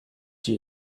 see